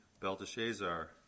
Belteshazzar